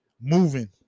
Moving